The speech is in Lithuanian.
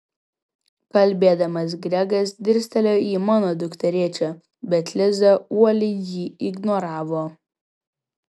kalbėdamas gregas dirstelėjo į mano dukterėčią bet liza uoliai jį ignoravo